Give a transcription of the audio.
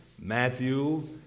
Matthew